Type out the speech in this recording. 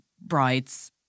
brides